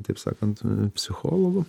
taip sakant a psichologų